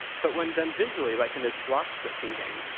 but, when done visually, like in this block stretching game,